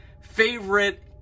favorite